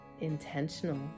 intentional